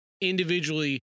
individually